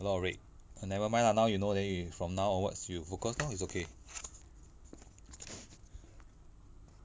a lot of red err never mind lah now you know then you from now onwards you focus lor it's okay